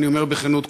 אני אומר בכנות,